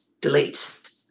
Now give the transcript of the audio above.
delete